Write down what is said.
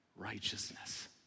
righteousness